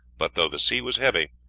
but, though the sea was heavy,